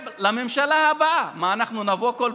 לפחות ככה אני מרגיש מאז שעמדתי על דעתי,